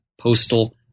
postal